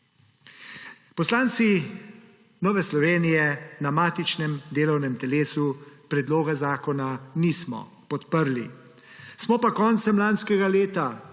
Poslanci Nove Slovenije na matičnem delovnem telesu predloga zakona nismo podprli. Smo pa koncem lanskega leta